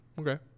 okay